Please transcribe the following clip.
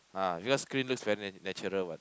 ah because green looks very nat~ natural what